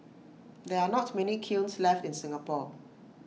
there are not many kilns left in Singapore